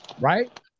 Right